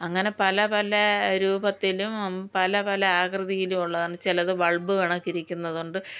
അങ്ങനെ പല പല രൂപത്തിലും പല പല ആകൃതിയിലുമുള്ളതാണ് ചിലത് ബൾബ് കണക്കിരിക്കുന്നതുണ്ട്